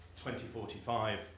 2045